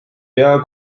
pea